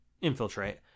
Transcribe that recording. Infiltrate